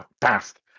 past